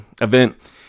event